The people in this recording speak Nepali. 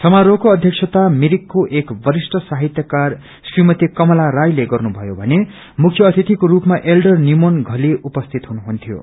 समारोहको अध्यक्षता मिरिकको एक वरिष्ठ साहितयकार श्रीमती कमला राष्ट्रले गर्नुभयो भने मुख्य अतिथिको रूपामा एल्डर निमोन बले उपस्थित हुनुहुन्थ्यो